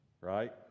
right